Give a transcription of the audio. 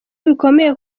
bikomeye